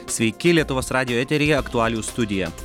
sveiki lietuvos radijo eteryje aktualijų studija